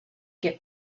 get